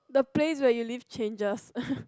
the place that you live changes